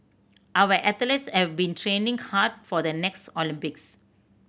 our athletes have been training hard for the next Olympics